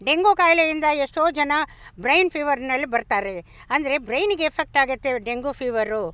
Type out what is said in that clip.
dengue ಕಾಯ್ಲೆಯಿಂದ ಎಷ್ಟೋ ಜನ ಬ್ರೈನ್ ಫಿವರ್ನಲ್ಲಿ ಬರ್ತಾರೆ ಅಂದರೆ ಬ್ರೈನಿಗೆ ಎಫೆಕ್ಟಾಗುತ್ತೆ ಡೆಂಗು ಫಿವರು